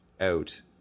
out